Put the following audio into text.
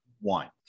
one